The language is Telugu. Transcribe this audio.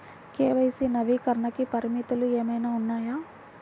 కే.వై.సి నవీకరణకి పరిమితులు ఏమన్నా ఉన్నాయా?